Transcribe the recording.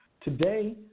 Today